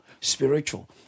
spiritual